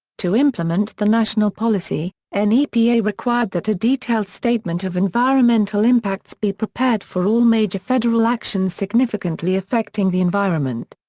to implement the national policy, and nepa required that a detailed statement of environmental impacts be prepared for all major federal actions significantly affecting the environment.